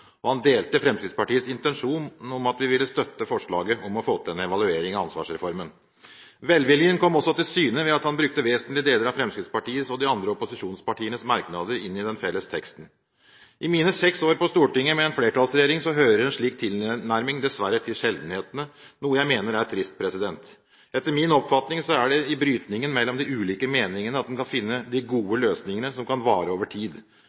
Han delte Fremskrittspartiets intensjon og støttet forslaget om å få til en evaluering av ansvarsreformen. Velviljen kom også til syne ved at han brukte vesentlige deler av Fremskrittspartiets og de andre opposisjonspartienes merknader i den felles teksten. I mine seks år på Stortinget med en flertallsregjering hører en slik tilnærming dessverre til sjeldenhetene – noe jeg mener er trist. Etter min oppfatning er det i brytningen mellom de ulike meningene at en kan finne de gode løsningene som kan vare over tid.